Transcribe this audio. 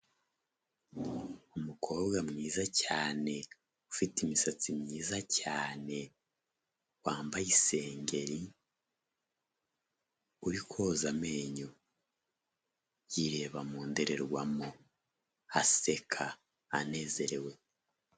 Umukobwa mwiza cyane ufite imisatsi myiza cyane, wambaye isengeri, uri koza amenyo yireba mu ndorerwamo, aseka, anezerewe.